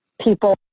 people